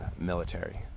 military